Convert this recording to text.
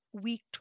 Week